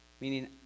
Meaning